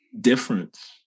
difference